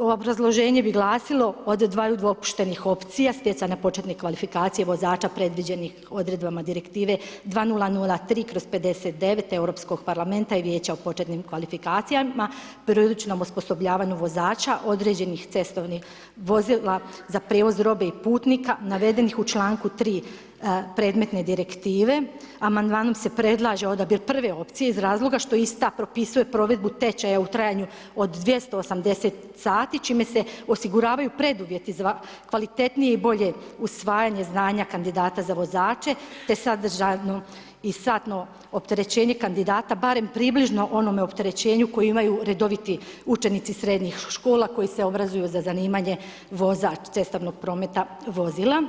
obrazloženje bi glasilo, od dvaju dopuštenih opcija, stjecanja početne kvalifikacije vozača predviđenih odredbama direktive 2003/59 Europskog parlamenta i Vijeća o početnim kvalifikacijama ... osposobljavanju vozača određenih cestovnih vozila za prijevoz robe i putnika navedenih u čl. 3. predmetne Direktive, amandmanom se predlaže odabir prve opcije iz razloga što ista propisuje provedbu tečaja u trajanju od 280 sati čime se osiguravaju preduvjeti za kvalitetnije i bolje usvajanje znanja kandidata za vozače te sadržajno i satno opterećenje kandidata barem približno onom opterećenju koje imaju redoviti učenici srednjih škola koji se obrazuju za zanimanje vozač cestovnog prometa vozila.